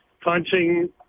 punching